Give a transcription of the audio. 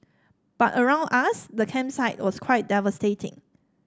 but around us the campsite was quite devastating